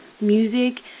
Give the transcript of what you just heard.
music